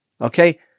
okay